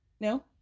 no